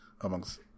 amongst